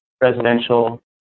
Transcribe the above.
residential